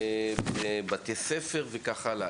בבתי ספר וכך הלאה.